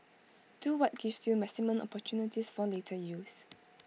do what gives you maximum opportunities for later use